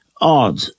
odd